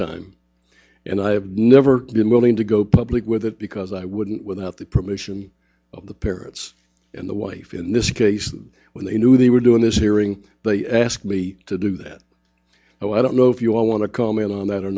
time and i have never been willing to go public with it because i wouldn't without the permission of the parents and the wife in this case when they knew they were doing this hearing they asked me to do that so i don't know if you want to comment on that or